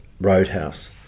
roadhouse